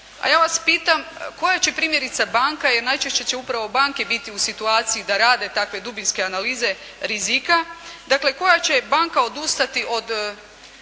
A ja vas pitam koja će primjerice banka, jer najčešće će upravo banke biti u situaciji da rade takve dubinske analize rizika. Dakle, koja će banka odustati od